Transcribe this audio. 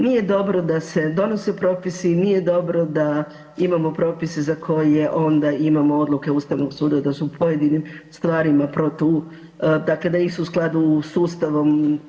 Nije dobro da se donose propisi i nije dobro da imamo propise za koje onda imamo odluke Ustavnog suda da su u pojedinim stvarima protu, dakle da nisu u skladu sa Ustavom.